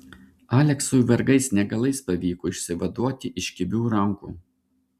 aleksui vargais negalais pavyko išsivaduoti iš kibių rankų